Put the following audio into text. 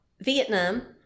Vietnam